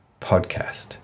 podcast